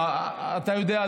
אתה יודע,